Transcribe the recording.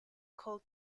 called